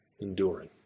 enduring